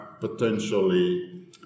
potentially